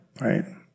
right